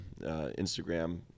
Instagram